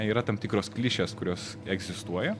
yra tam tikros klišės kurios egzistuoja